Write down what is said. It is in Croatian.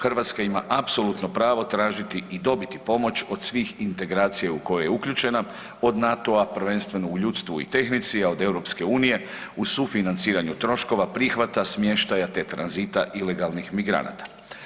Hrvatska ima apsolutno pravo tražiti i dobiti pomoć od svih integracija u koje je uključena od NATO-a prvenstveno u ljudstvu i tehnici, a od Europske unije u sufinanciranju troškova prihvata, smještaja te tranzita ilegalnih migranata.